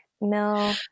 no